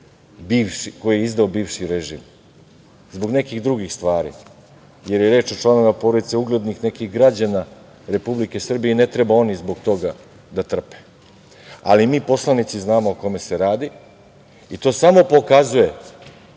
koje je izdao bivši režim, zbog nekih drugih stvari, jer je reč o članovima porodice nekih uglednih građana Republike Srbije i ne treba oni zbog toga da trpe, ali mi poslanici znamo o kome se radi. To samo pokazuje